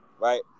right